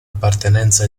appartenenza